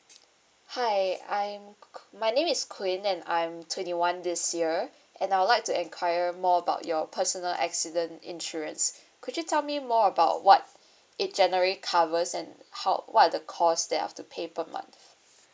hi I'm q~ my name is queen and I'm twenty one this year and I would like to inquire more about your personal accident insurance could you tell me more about what it generally covers and how what are the cost that I have to pay per month